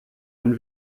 ein